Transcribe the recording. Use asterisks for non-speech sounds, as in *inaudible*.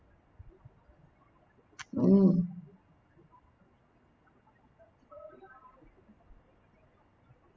*noise* mm